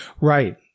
right